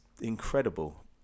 incredible